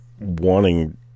wanting